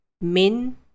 min